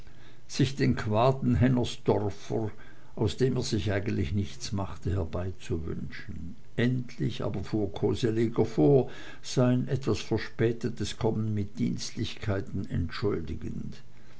sich den quaden hennersdor fer aus dem er sich eigentlich nichts machte herbeizuwünschen endlich aber fuhr koseleger vor sein etwas verspätetes kommen mit dienstlichkeiten entschuldigend